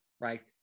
right